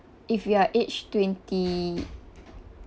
if you are aged twenty